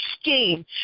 scheme